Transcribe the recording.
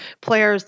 players